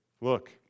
look